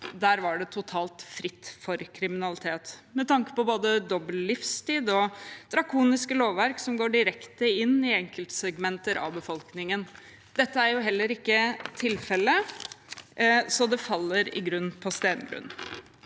det var totalt fritt for kriminalitet i USAs stater, med tanke på både dobbelt livstid og drakoniske lovverk som går direkte inn i enkeltsegmenter av befolkningen. Dette er jo heller ikke tilfellet, så det faller i grunnen på steingrunn.